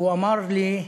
והוא אמר לי: